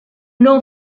nom